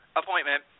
appointment